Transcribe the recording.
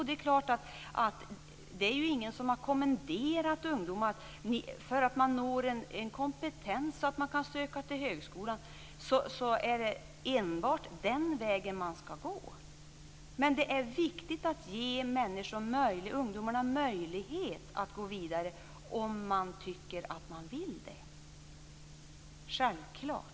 Det är klart att ingen har kommenderat ungdomarna dit eller sagt att den enda vägen att gå är att skaffa sig kompetens för att söka till högskolan. Men det är självfallet viktigt att ge ungdomarna möjlighet att gå vidare om de vill det.